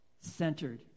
centered